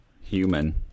human